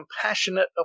compassionate